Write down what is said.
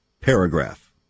paragraph